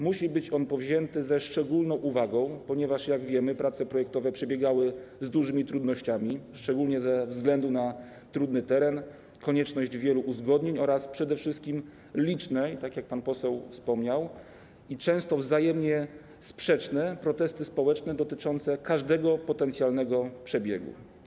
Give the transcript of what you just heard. Musi być on podjęty ze szczególną uwagą, ponieważ - jak wiemy - prace projektowe przebiegały z dużymi trudnościami, szczególnie ze względu na trudny teren, konieczność wielu uzgodnień oraz przede wszystkim liczne, tak jak pan poseł wspomniał, i często wzajemnie sprzeczne protesty społeczne dotyczące każdego potencjalnego przebiegu.